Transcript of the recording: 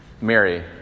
Mary